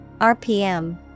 RPM